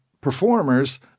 performers